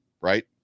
right